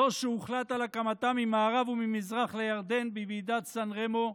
זו שהוחלט על הקמתה ממערב וממזרח לירדן בוועידת סן-רמו,